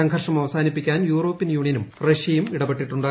സംഘർഷം അവസാനിപ്പിക്കാൻ യൂറോപ്യൻ യൂണിയനും റഷ്യയും ഇടപെട്ടിട്ടുണ്ട്